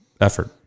effort